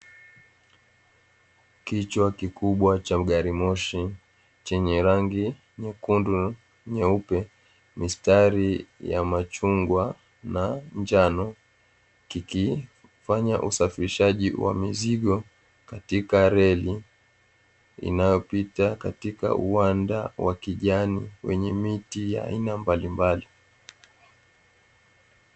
Kichwa kikubwa cha gari moshi chenye rangi nyekundu na nyeupe, mistari ya machungwa na njano kikifanya usafirishaji wa mizigo katika reli inayopita katika uwanda wa kijani wenye miti ya aina mbalimbali.